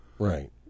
Right